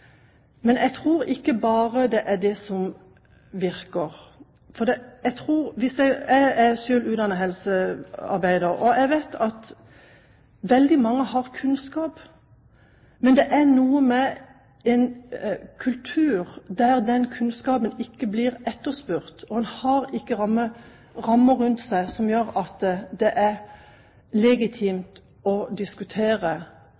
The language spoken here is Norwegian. Men jeg tror ikke det bare er det som virker. Jeg er selv utdannet helsearbeider, og jeg vet at veldig mange har kunnskap – men det er noe med en kultur der den kunnskapen ikke blir etterspurt. En har ikke rammer rundt seg som gjør at det er